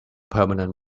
permanent